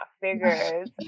figures